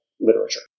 literature